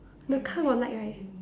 the car got light right